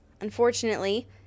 Unfortunately